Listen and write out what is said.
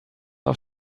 auf